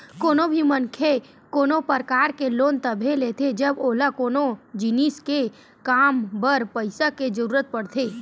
कोनो भी मनखे कोनो परकार के लोन तभे लेथे जब ओला कोनो जिनिस के काम बर पइसा के जरुरत पड़थे